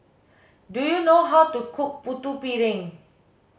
do you know how to cook putu piring